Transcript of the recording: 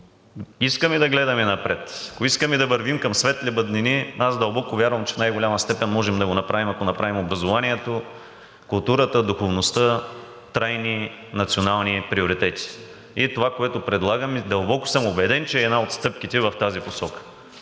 искаме да гледаме напред, ако искаме да вървим към светли бъднини, аз дълбоко вярвам, че в най-голяма степен можем да го направим, ако направим образованието, културата, духовността трайни национални приоритети и това, което предлагам и дълбоко съм убеден, че е една от стъпките в тази посока.